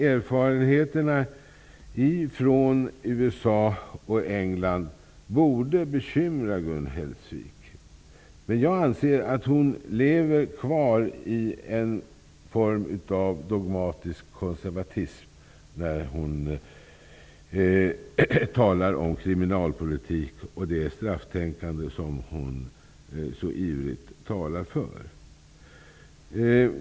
Erfarenheterna från USA och England borde bekymra Gun Hellsvik. Jag anser att hon lever kvar i en form av dogmatisk konservatism när hon talar om kriminalpolitik, med tanke på det strafftänkande som hon så ivrigt talar för.